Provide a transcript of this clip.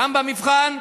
גם במבחן,